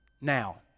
now